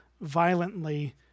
violently